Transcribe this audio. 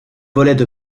volaient